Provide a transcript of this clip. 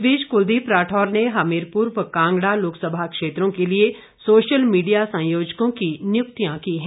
इस बीच कुलदीप राठौर ने हमीरपुर व कांगड़ा लोकसभा क्षेत्रों के लिए सोशल मीडिया संयोजकों की नियुक्तियां की है